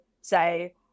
say